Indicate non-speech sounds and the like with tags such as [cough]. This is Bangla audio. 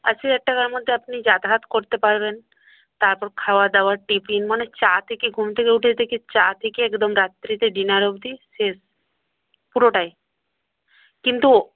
আশি হাজার টাকার মধ্যে আপনি যাতায়াত করতে পারবেন তারপর খাওয়া দাওয়া টিফিন মানে চা থেকে ঘুম থেকে উঠে থেকে চা থেকে একদম রাত্তিরে ডিনার অবধি [unintelligible] পুরোটাই কিন্তু